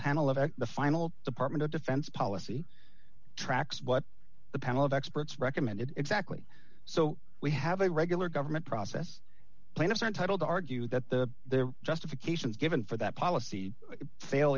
panel of at the final department of defense policy tracks what the panel of experts recommend exactly so we have a regular government process plaintiffs are entitled to argue that the their justifications given for that policy fail